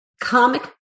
comic